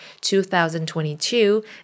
2022